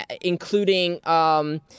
including –